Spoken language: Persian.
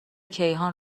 کیهان